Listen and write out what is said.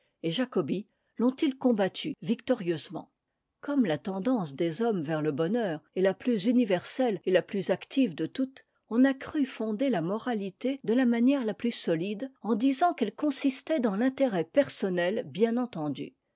et jacobi lont ils combattu victorieusement comme la tendance des hommes vers le bonheur est la plus universelle et la plus active de toutes on a cru fonder la moralité de la manière la plus solide en disant qu'elle consistait dans l'intérêt personnel bien entendu